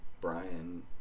Brian